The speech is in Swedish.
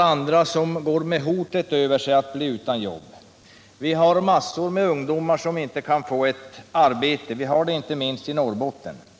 Andra går med hotet över sig att bli utan jobb. Massor av ungdomar kan inte få ett arbete — det problemet har vi inte minst i Norrbotten.